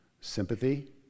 Sympathy